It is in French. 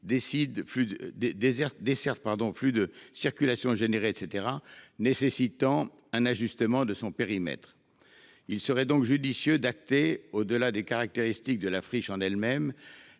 desserte, flux de circulation généré -nécessitant un ajustement de son périmètre. Il serait donc judicieux d'acter, au-delà des caractéristiques de la friche en elle-même,